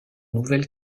nouvelle